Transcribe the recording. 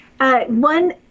one